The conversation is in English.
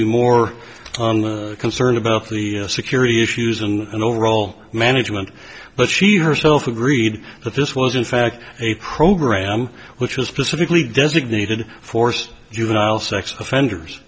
be more concerned about the security issues and overall management but she herself agreed that this was in fact a program which is specifically designated force juvenile sex offenders